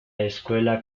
escuela